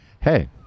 Hey